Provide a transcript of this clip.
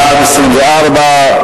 בעד, 24,